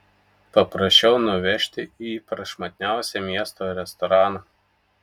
paprašiau nuvežti į prašmatniausią miesto restoraną